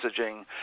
Messaging